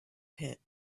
pit